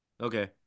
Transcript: okay